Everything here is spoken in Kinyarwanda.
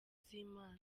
z’imana